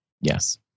yes